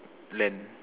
land